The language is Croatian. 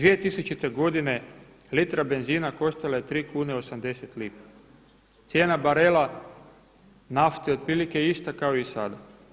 2000. godine litra benzina koštala je 3,80 kuna, cijena barela nafte otprilike ista kao i sada.